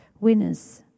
winners